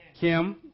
Kim